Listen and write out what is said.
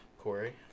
Corey